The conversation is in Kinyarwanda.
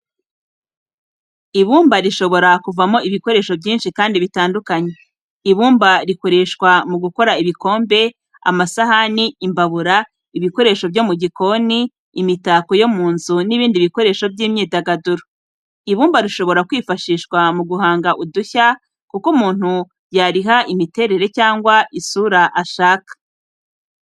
Ibumba rishobora kuvamo ibikoresho byinshi kandi bitandukanye. Ibumba rikoreshwa mu gukora ibikombe, amasahani, imbabura, ibikoresho byo mu gikoni, imitako yo mu nzu n'ibindi bikoresho by'imyidagaduro. Ibumba rishobora kwifashishwa mu guhanga udushya, kuko umuntu yariha imiterere cyangwa isura ashaka.